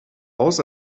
aus